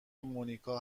مونیکا